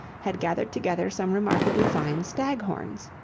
had gathered together some remarkably fine stag-horns.